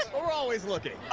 we're always looking.